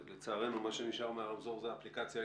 לצערנו, מה שנשאר מהרזמור זו האפליקציה.